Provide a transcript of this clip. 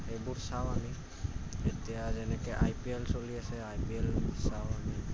সেইবোৰ চাওঁ আমি এতিয়া যেনেকৈ আই পি এল চলি আছে আই পি এল চাওঁ আমি